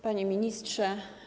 Panie Ministrze!